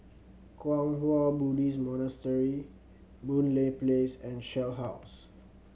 Kwang Hua Buddhist Monastery Boon Lay Place and Shell House